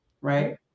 right